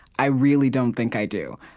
i really don't think i do.